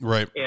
Right